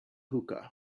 hookah